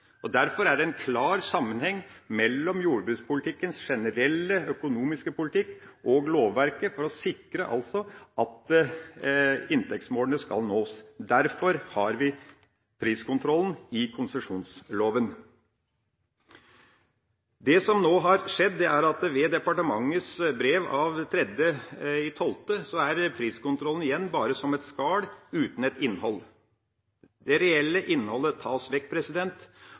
lavere. Derfor er det en klar sammenheng mellom jordbrukspolitikkens generelle økonomiske politikk og lovverket for å sikre at inntektsmålene nås. Derfor har vi priskontrollen i konsesjonsloven. Det som nå har skjedd, er at ved departementets brev av 4.12.13 er priskontrollen igjen bare som et skall, uten innhold. Det reelle innholdet tas vekk,